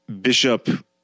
Bishop